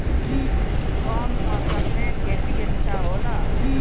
कौन मौसम मे खेती अच्छा होला?